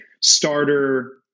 starter